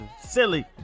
Silly